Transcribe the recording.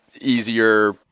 easier